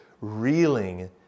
reeling